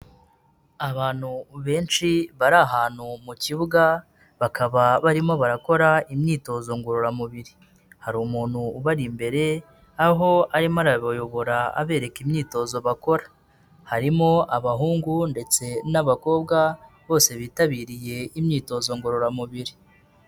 Abantu benshi bari ahantu mu kibuga, bakaba barimo barakora imyitozo ngororamubiri. Hari umuntu ubari imbere aho arimo arabayobora abereka imyitozo bakora, harimo abahungu ndetse n'abakobwa bose bitabiriye imyitozo ngororamubiri.